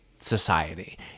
society